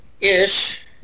ish